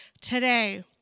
today